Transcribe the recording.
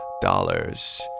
dollars